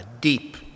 deep